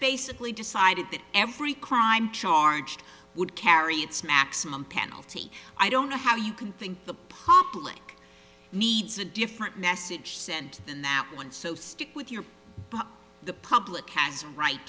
basically decided that every crime charged would carry its maximum penalty i don't know how you could think the public needs a different message sent than that one so stick with your book the public has a right